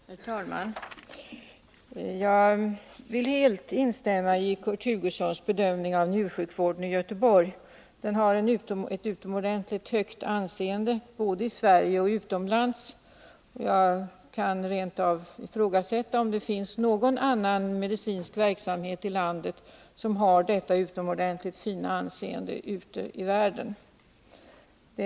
Herr talman! Jag vill helt instämma i Kurt Hugossons bedömning av njursjukvården i Göteborg. Den har ett utomordentligt högt anseende både i Sverige och utomlands. Jag kan rent av ifrågasätta om det finns någon annan medicinsk verksamhet i landet som har så utomordentligt fint anseende ute i världen.